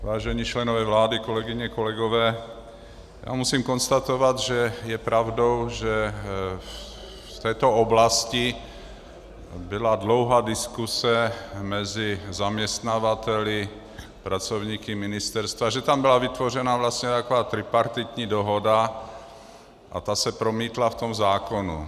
Vážení členové vlády, kolegyně, kolegové, musím konstatovat, že je pravdou, že v této oblasti byla dlouhá diskuse mezi zaměstnavateli, pracovníky ministerstva, že tam byla vytvořena vlastně taková tripartitní dohoda a ta se promítla v tom zákoně.